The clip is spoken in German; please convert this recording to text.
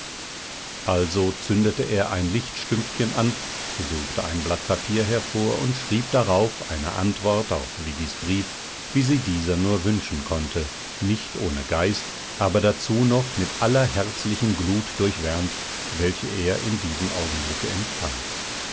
also zündete er ein lichtstümpfchen an suchte ein blatt papier hervor und schrieb darauf eine antwort auf viggis brief wie sie dieser nur wünschen konnte nicht ohne geist aber dazu noch mit aller herzlichen glut durchwärmt welche er in diesem augenblicke empfand